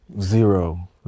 zero